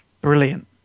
Brilliant